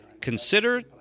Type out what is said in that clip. Consider